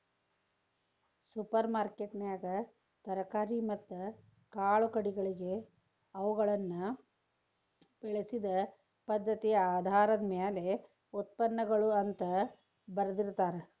super ಮಾರ್ಕೆಟ್ನ್ಯಾಗ ತರಕಾರಿ ಮತ್ತ ಕಾಳುಕಡಿಗಳಿಗೆ ಅವುಗಳನ್ನ ಬೆಳಿಸಿದ ಪದ್ಧತಿಆಧಾರದ ಮ್ಯಾಲೆ ಉತ್ಪನ್ನಗಳು ಅಂತ ಬರ್ದಿರ್ತಾರ